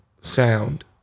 sound